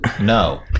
No